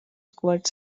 squirt